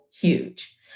huge